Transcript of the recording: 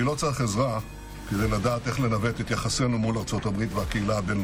אני קובע כי הצעת חוק מימון הוצאות למשפחות שבויים,